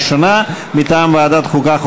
מטעם ועדת החוקה,